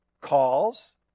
calls